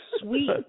Sweet